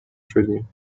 شدیم